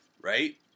Right